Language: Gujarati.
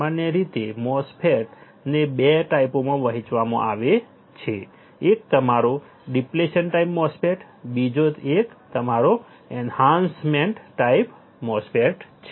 સામાન્ય રીતે MOSFET ને 2 ટાઈપોમાં વહેંચવામાં આવે છે એક તમારો ડિપ્લેશન ટાઈપ MOSFET બીજો એક તમારો એન્હાન્સમેન્ટ ટાઈપ MOSFET છે